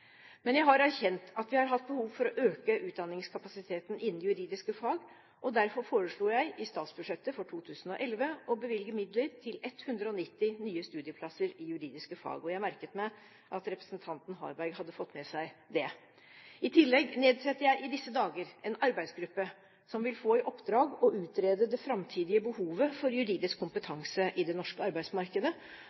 Men jeg har erkjent at vi har hatt behov for å øke utdanningskapasiteten innen juridiske fag, og derfor foreslo jeg i statsbudsjettet for 2011 å bevilge midler til 190 nye studieplasser i juridiske fag, og jeg merket meg at representanten Harberg hadde fått med seg det. I tillegg nedsetter jeg i disse dager en arbeidsgruppe som vil få i oppdrag å utrede det framtidige behovet for juridisk kompetanse i det norske arbeidsmarkedet.